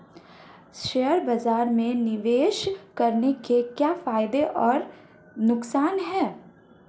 Share बाज़ार में निवेश करने के क्या फायदे और नुकसान हैं?